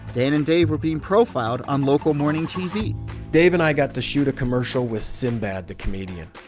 dan and dave were being profiled on local morning tv dave and i got to shoot a commercial with sinbad, the comedian.